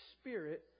spirit